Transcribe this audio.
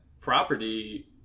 property